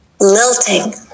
Lilting